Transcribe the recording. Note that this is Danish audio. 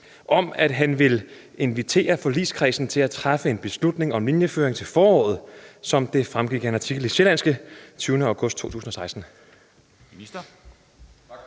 om, at han vil invitere forligskredsen til at træffe en beslutning om linjeføring til foråret, som det fremgår af Sjællandske den 20. august 2016?